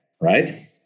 right